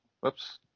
Whoops